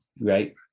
right